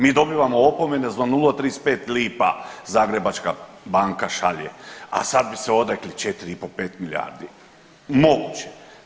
Mi dobivamo opomene za 0,35 lipa Zagrebačka banka šalje, a sad bi se odrekli 4,5-5 milijardi mogućih.